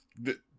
the-